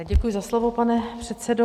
Děkuji za slovo, pane předsedo.